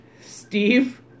Steve